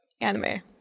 anime